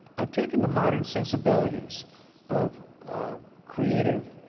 i've taken the modern sensibilities of of creative,